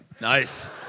Nice